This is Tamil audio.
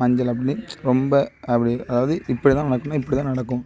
மஞ்சள் அப்படின்னு ரொம்ப அப்படி அதாவது இப்படி தான் நடக்கணுன்னா இப்படி தான் நடக்கும்